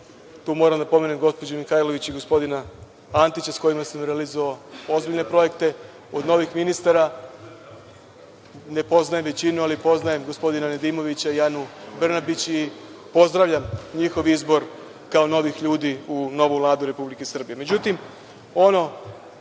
Tu moram da pomenem gospođu Mihajlović i gospodina Antića, sa kojima sam realizovao ozbiljne projekte. Od novih ministara ne poznajem većinu, ali poznajem gospodina Nedimovića i Anu Brnabići i pozdravljam njihov izbor kao novih ljudi u novu Vladu Republike